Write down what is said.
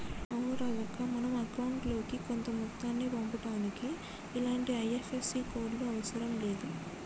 అవును రాజక్క మనం అకౌంట్ లోకి కొంత మొత్తాన్ని పంపుటానికి ఇలాంటి ఐ.ఎఫ్.ఎస్.సి కోడ్లు అవసరం లేదు